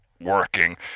working